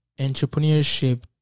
Entrepreneurship